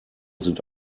sind